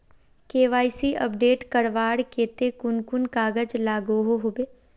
KYC update करवार केते कुन कुन कागज लागोहो होबे?